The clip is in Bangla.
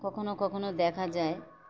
কখনও কখনও দেখা যায়